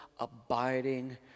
abiding